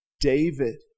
David